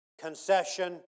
concession